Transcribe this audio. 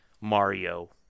Mario